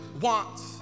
wants